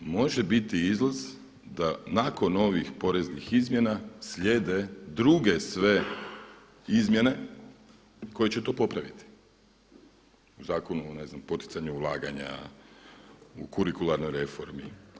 Može biti izlaz da nakon ovih poreznih izmjena slijede druge sve izmjene koje će to popraviti u zakonu o ne znam poticanju ulaganje u kurikularnoj reformi.